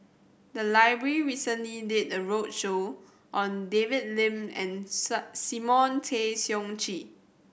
the library recently did a roadshow on David Lim and Simon Tay Seong Chee